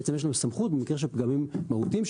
בעצם יש לנו סמכות במקרים של פגמים מהותיים,